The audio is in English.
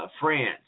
France